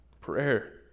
Prayer